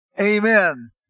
amen